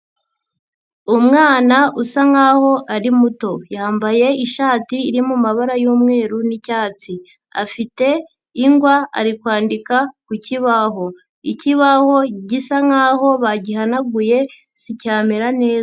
Umwana usa nk'aho ari muto, yambaye ishati irimo amabara y'umweru n'icyatsi, afite ingwa ari kwandika ku kibaho, ikibaho gisa nk'aho bagihanaguye sicyamera neza.